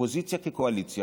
אופוזיציה כקואליציה,